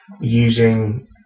using